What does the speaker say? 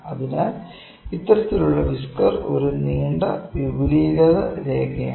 അതിനാൽ ഇത്തരത്തിലുള്ള വിസ്കർ ഒരു നീണ്ട വിപുലീകൃത രേഖയാണ്